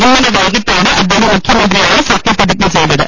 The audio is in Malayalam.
ഇന്നലെ വൈകീട്ടാണ് അദ്ദേഹം മുഖ്യമന്ത്രിയായി സത്യപ്രതിജ്ഞ ചെയ്തത്